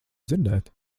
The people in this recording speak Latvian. dzirdēt